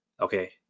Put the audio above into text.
okay